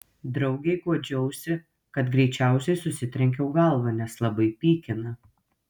draugei guodžiausi kad greičiausiai susitrenkiau galvą nes labai pykina